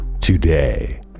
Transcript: today